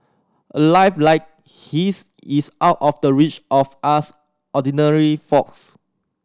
a life like his is out of the reach of us ordinary folks